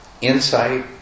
insight